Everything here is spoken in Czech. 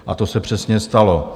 A to se přesně stalo.